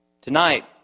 Tonight